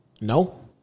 No